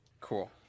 Cool